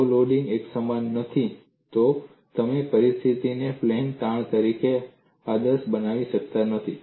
જો લોડિંગ એકસમાન નથી તો તમે પરિસ્થિતિને પ્લેન તાણ તરીકે આદર્શ બનાવી શકતા નથી